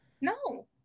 No